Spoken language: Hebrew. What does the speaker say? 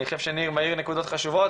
אני חושב שניר מעיר נקודות חשובות,